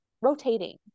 rotating